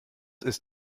ist